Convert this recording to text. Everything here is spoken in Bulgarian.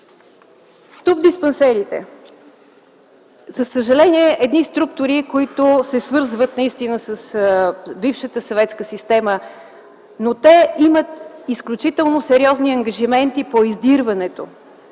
Тубдиспансерите, за съжаление, са структури, които се свързват с бившата съветска система, но те имат изключително сериозни ангажименти по издирването,